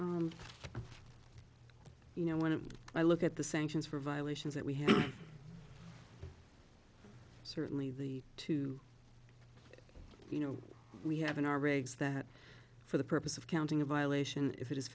time you know when i look at the sanctions for violations that we have certainly the two you know we have in our rigs that for the purpose of counting a violation if it is